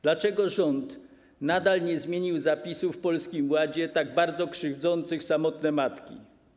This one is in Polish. Dlaczego rząd nadal nie zmienił zapisów w Polskim Ładzie tak bardzo krzywdzących samotne matki?